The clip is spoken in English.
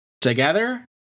together